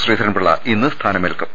ശ്രീധരൻപിള്ള ഇന്ന് സ്ഥാന മേൽക്കും